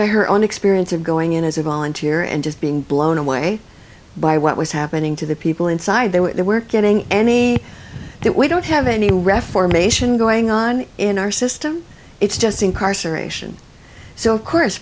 by her own experience of going in as a volunteer and just being blown away by what was happening to the people inside there weren't getting any that we don't have any reformation going on in our system it's just incarceration so of course